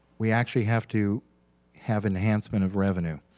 we actually have to have enhancement of revenue.